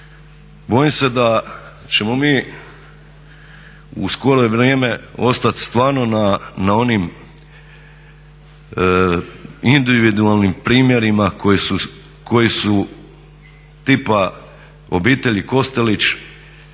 Bojim se da ćemo mi u skoro vrijeme ostati stvarno na onim individualnim primjerima koji su tipa obitelji Kostelić,